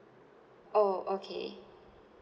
oh okay